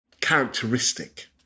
characteristic